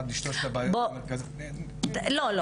אחד משלושת הבעיות המרכזיות --- לא.